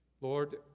Lord